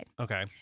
okay